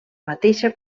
mateixa